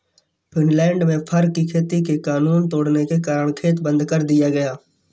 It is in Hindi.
फिनलैंड में फर की खेती के कानून तोड़ने के कारण खेत बंद कर दिया गया